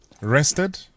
Rested